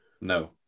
No